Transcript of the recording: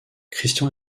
christian